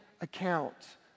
account